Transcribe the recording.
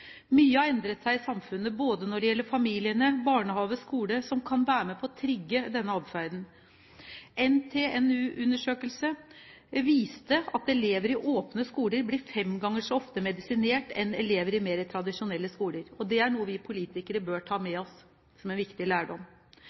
Mye har endret seg i samfunnet både når det gjelder familiene, barnehage og skole, som kan være med på å trigge denne adferden. En NTNU-undersøkelse viste at elever i åpne skoler blir fem ganger så ofte medisinert som elever i mer tradisjonelle skoler, og det er noe vi politikere bør ta med oss som en viktig lærdom.